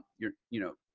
your, you know,